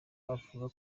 avuga